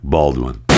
Baldwin